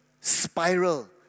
spiral